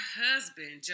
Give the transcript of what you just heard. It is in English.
husband